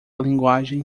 linguagem